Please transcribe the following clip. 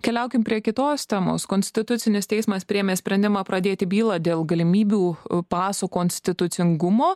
keliaukim prie kitos temos konstitucinis teismas priėmė sprendimą pradėti bylą dėl galimybių pasų konstitucingumo